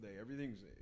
everything's